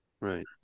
Right